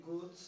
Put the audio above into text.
good